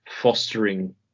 fostering